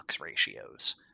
ratios